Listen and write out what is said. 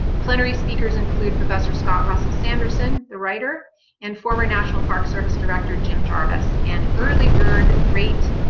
plenary speakers include professor scott russell sanderson the writer and former national park service director jim jarvis and early bird rate